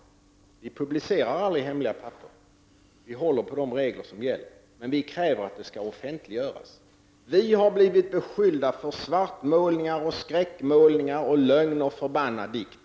Men vi publicerar aldrig hemliga papper -— vi håller oss till de regler som gäller. Men vi kräver att papperna skall offentliggöras. Vi har blivit beskyllda för svartmålning, för skräckskildringar och för att ha kommit med uppgifter som är lögn och förbannad dikt.